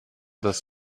das